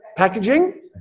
packaging